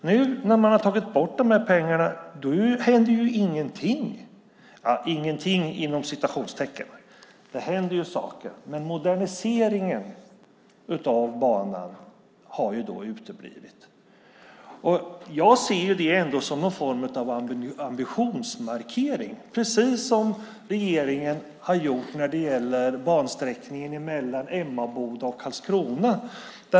Nu när man tagit bort dessa pengar händer det ju "ingenting" - ja, det händer saker, men moderniseringen av banan har uteblivit. Jag ser det som någon form av ambitionsmarkering, precis som regeringen har gjort i fråga om bansträckningen mellan Emmaboda och Karlskrona.